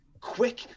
quick